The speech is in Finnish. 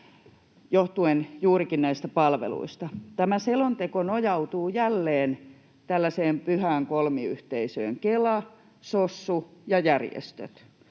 johtuen juurikin näistä palveluista. Tämä selonteko nojautuu jälleen tällaiseen pyhään kolmiyhteisöön: Kela, sossu ja järjestöt.